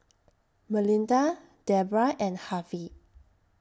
Melinda Debrah and Harvy